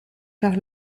par